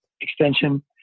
extension